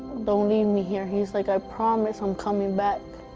don't leave me here. he's like, i promise i'm coming back.